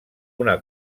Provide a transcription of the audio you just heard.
una